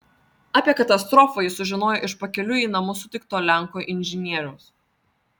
apie katastrofą jis sužinojo iš pakeliui į namus sutikto lenko inžinieriaus